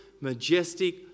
majestic